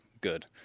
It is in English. good